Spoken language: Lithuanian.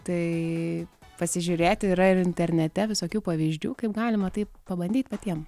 tai pasižiūrėti yra ir internete visokių pavyzdžių kaip galima tai pabandyt patiem